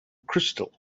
crystal